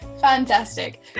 Fantastic